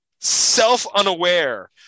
self-unaware